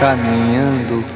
Caminhando